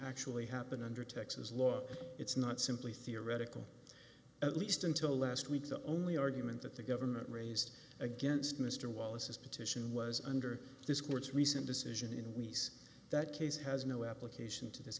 actually happen under texas law it's not simply theoretical at least until last week the only argument that the government raised against mr wallace's petition was under this court's recent decision in we said that case has no application to this